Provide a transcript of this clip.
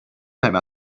time